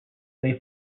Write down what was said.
they